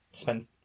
spend